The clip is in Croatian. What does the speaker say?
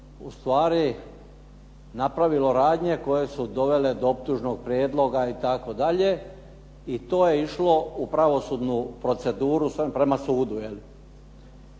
ustvari napravilo radnje koje su dovele do optužnog prijedloga itd., i to je išlo u pravosudnu proceduru, prema sudu